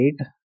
eight